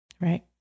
Right